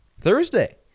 thursday